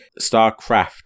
StarCraft